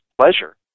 pleasure